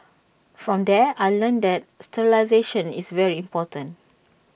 from there I learnt that sterilisation is very important